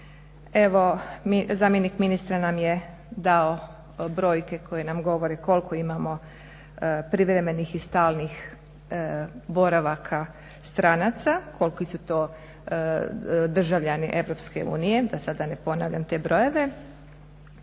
Evo zamjenik ministra nam je dao brojke koje nam govore koliko imamo privremenim i stalnih boravaka stranaca, koliki su to državljani EU, da sada ne ponavljam te brojeve.